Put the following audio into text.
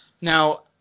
Now